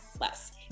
less